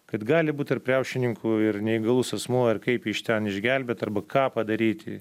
kad gali būt tarp riaušininkų ir neįgalus asmuo ir kaip jį iš ten išgelbėt arba ką padaryti